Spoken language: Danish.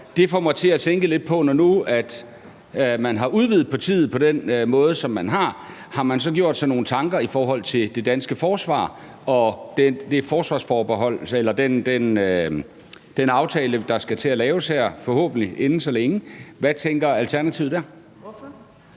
Det får mig til at tænke lidt på, om man – når nu man har udvidet partiet på den måde, som man har – så har gjort sig nogle tanker i forhold til det danske forsvar og den aftale, der forhåbentlig skal laves her inden så længe. Hvad tænker Alternativet der? Kl.